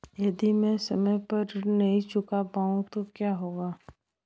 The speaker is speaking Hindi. यदि मैं समय पर ऋण नहीं चुका पाई तो क्या होगा?